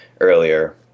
earlier